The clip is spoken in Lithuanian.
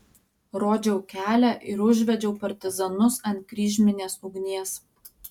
rodžiau kelią ir užvedžiau partizanus ant kryžminės ugnies